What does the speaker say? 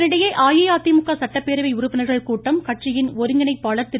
இதனிடையே அஇஅதிமுக சட்டப்பேரவை உறுப்பினர்கள் கூட்டம் கட்சியின் ஒருங்கிணைப்பாளர் திரு